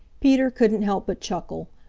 peter couldn't help but chuckle,